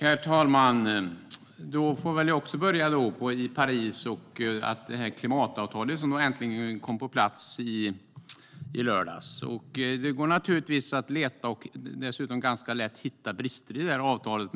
Herr talman! Också jag får börja i Paris med det klimatavtal som äntligen kom på plats i lördags. Det går naturligtvis att leta efter och ganska lätt hitta brister i avtalet.